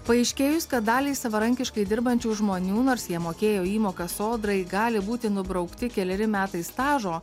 paaiškėjus kad daliai savarankiškai dirbančių žmonių nors jie mokėjo įmokas sodrai gali būti nubraukti keleri metai stažo